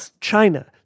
China